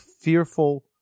fearful